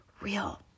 real